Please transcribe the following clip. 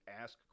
ask